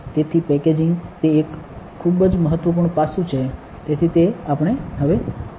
તેથી પેકેજિંગ તે એક ખૂબ જ મહત્વપૂર્ણ પાસું છે તેથી તે આપણે હવે જોયું